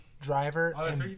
driver